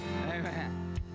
Amen